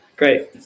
Great